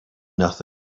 nothing